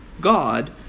God